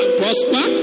prosper